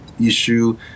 issue